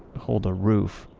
hold a roof.